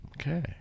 Okay